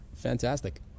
Fantastic